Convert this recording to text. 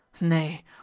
Nay